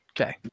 Okay